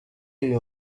uyu